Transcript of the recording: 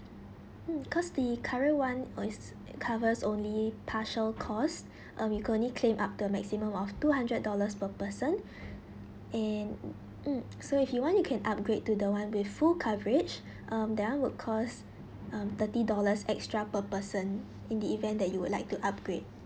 mm cause the current [one] onl~ is it covers only partial cause uh we could only claim up to a maximum of two hundred dollars per person and mm so if you want you can upgrade to the one with full coverage um that [one] will cost um thirty dollars extra per person in the event that you would like to upgrade